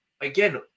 again